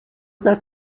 that